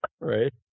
Right